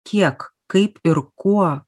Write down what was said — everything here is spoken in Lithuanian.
kiek kaip ir kuo